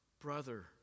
brother